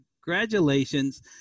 congratulations